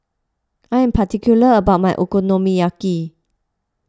I am particular about my Okonomiyaki